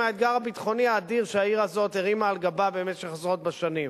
מהאתגר הביטחוני האדיר שהעיר הזאת הרימה על גבה במשך עשרות בשנים.